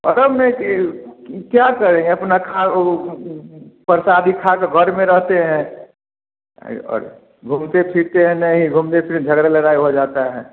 पर्व में की क्या करेंगे अपना का प्रसादी खा के घर में रहते हैं और घूमते फिरते है नहीं घूमने फिर झगड़ा लड़ाई हो जाता है